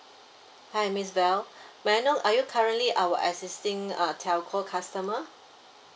hi miss bell may I know are you currently our existing uh telco customer